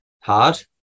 hard